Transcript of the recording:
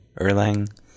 Erlang